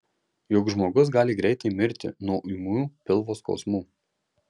juk žmogus gali greitai mirti nuo ūmių pilvo skausmų